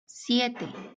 siete